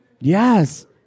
Yes